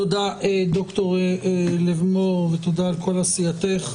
תודה, ד"ר לבמור, ותודה על כל עשייתך.